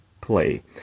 play